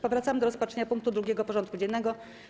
Powracamy do rozpatrzenia punktu 2. porządku dziennego: